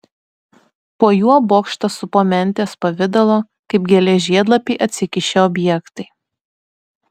po juo bokštą supo mentės pavidalo kaip gėlės žiedlapiai atsikišę objektai